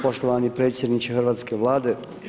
Poštovani predsjedniče Hrvatske vlade.